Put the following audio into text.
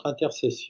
intercession